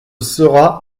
sera